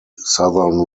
southern